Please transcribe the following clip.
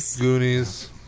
Goonies